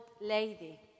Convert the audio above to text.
lady